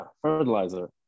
fertilizer